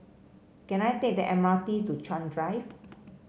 can I take the M R T to Chuan Drive